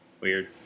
weird